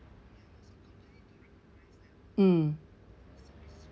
mm